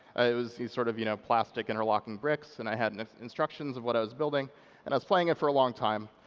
it was sort of, you know, plastic interlocking bricks and had and instructions of what i was building and i was playing it for a long time.